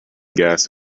gas